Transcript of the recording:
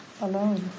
alone